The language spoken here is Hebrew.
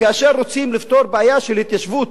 כאשר רוצים לפתור בעיה של התיישבות,